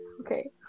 Okay